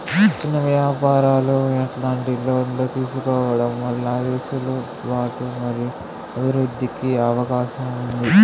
చిన్న వ్యాపారాలు ఎట్లాంటి లోన్లు తీసుకోవడం వల్ల వెసులుబాటు మరియు అభివృద్ధి కి అవకాశం ఉంది?